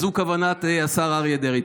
זו כוונת השר אריה דרעי.